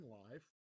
life